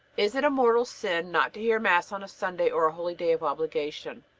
is it a mortal sin not to hear mass on a sunday or a holyday of obligation?